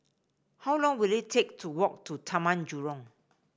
how long will it take to walk to Taman Jurong